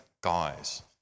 guys